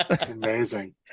Amazing